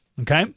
okay